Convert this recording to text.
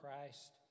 Christ